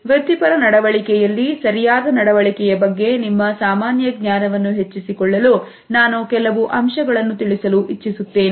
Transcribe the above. ವೃತ್ತಿಪರ ನಡವಳಿಕೆಯಲ್ಲಿ ಸರಿಯಾದ ನಡವಳಿಕೆಯ ಬಗ್ಗೆ ನಿಮ್ಮ ಸಾಮಾನ್ಯ ಜ್ಞಾನವನ್ನು ಹೆಚ್ಚಿಸಿಕೊಳ್ಳಲು ನಾನು ಕೆಲವು ಅಂಶಗಳನ್ನು ತಿಳಿಸಲು ಇಚ್ಚಿಸುತ್ತೇನೆ